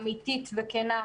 אמיתית וכנה,